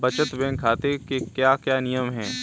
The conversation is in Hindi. बचत बैंक खाते के क्या क्या नियम हैं?